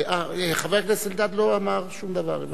חבר הכנסת אלדד לא אמר שום דבר.